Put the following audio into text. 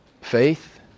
Faith